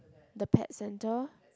the pet centre